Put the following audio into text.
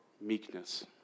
meekness